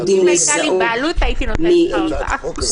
אם הייתה לי בעלות הייתי נותנת לך אותה.